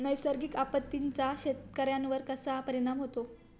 नैसर्गिक आपत्तींचा शेतकऱ्यांवर कसा परिणाम होतो?